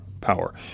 power